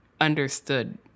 understood